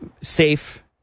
safe